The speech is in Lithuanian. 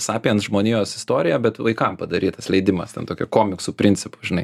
sapiens žmonijos istoriją bet vaikam padarytas leidimas ten tokio komiksų principo žinai